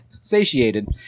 satiated